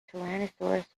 tyrannosaurus